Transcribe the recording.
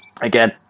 again